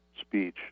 speech